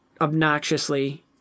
obnoxiously